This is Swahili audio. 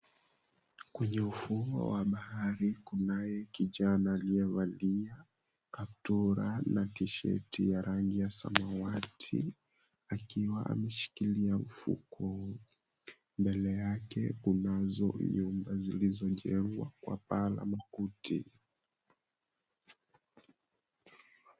Kwenye ufuo wa bahari, kunaye kijana aliyevalia kaptura na tisheti ya rangi ya samawati. Akiwa ameshikilia mfuko. Mbele yake kunazo nyumba zilizojengwa kwa paa la mkuti.